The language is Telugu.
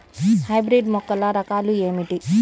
హైబ్రిడ్ మొక్కల రకాలు ఏమిటి?